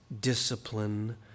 discipline